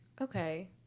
Okay